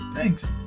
Thanks